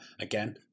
Again